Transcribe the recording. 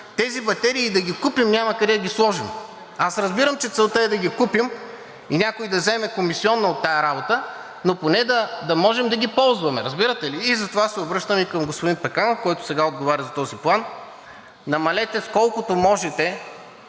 тези батерии и да ги купим, няма къде да ги сложим. Разбирам, че целта е да ги купим и някой да вземе комисиона от тази работа, но поне да можем да ги ползваме. Разбирате ли? Затова се обръщам и към господин Пеканов, който сега отговаря за този план, намалете с колкото можете